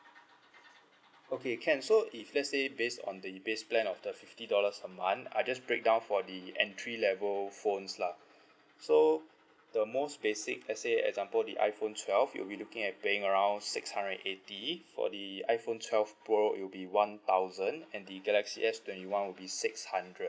okay can so if let's say based on the base plan of the fifty dollars a month I just break down for the entry level phones lah so the most basic let's say example the iphone twelve you'll be looking at paying around six hundred and eighty for the iphone twelve pro it will be one thousand and the galaxy S twenty one will be six hundred